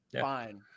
fine